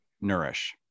nourish